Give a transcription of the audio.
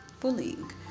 bullying